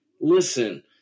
listen